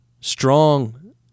strong